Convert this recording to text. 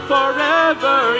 Forever